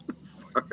Sorry